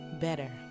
better